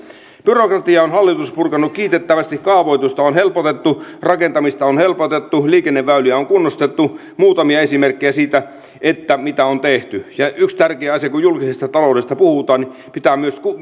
byrokratiaa on hallitus purkanut kiitettävästi kaavoitusta on helpotettu rakentamista on helpotettu liikenneväyliä on kunnostettu muutamia esimerkkejä siitä mitä on tehty yksi tärkeä asia kun julkisesta taloudesta puhutaan niin pitää myös